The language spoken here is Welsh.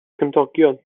cymdogion